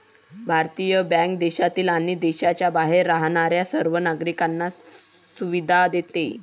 भारतीय बँक देशात आणि देशाच्या बाहेर राहणाऱ्या सर्व नागरिकांना सुविधा देते